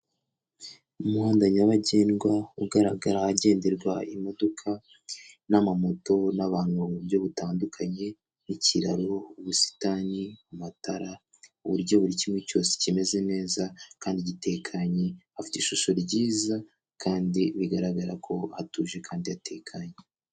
Umuhanda nyabagendwa ugaragara ahagenderwa imodoka, n'amamoto n'abantu mu buryo butandukanye, ikiraro, ubusitani, amatara ku buryo buri kimwe cyose kimeze neza kandi gitekanye, hafite ishusho ryiza kandi bigaragara ko hatuje kandi yatekanye.